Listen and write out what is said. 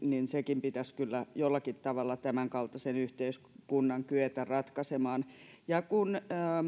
sekin pitäisi kyllä jollakin tavalla tämänkaltaisen yhteiskunnan kyetä ratkaisemaan ja kun